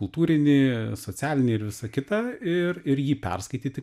kultūrinį socialinį ir visa kita ir ir jį perskaityti